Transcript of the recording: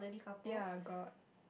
ya got